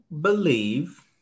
believe